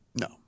No